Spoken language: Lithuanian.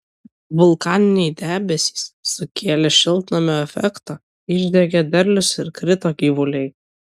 vulkaniniai debesys sukėlė šiltnamio efektą išdegė derlius ir krito gyvuliai